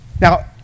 Now